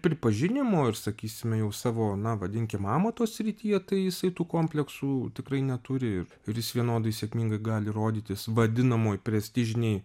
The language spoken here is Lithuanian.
pripažinimo ir sakysime jau savo na vadinkim amato srityje tai jisai tų kompleksų tikrai neturi ir ir jis vienodai sėkmingai gali rodytis vadinamoj prestižinėj